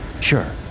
Sure